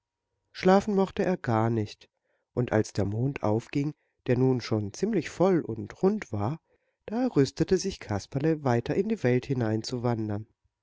schlafen mochte er gar nicht und als der mond aufging der nun schon ziemlich voll und rund war da rüstete sich kasperle weiter in die welt hinein